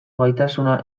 gaitasuna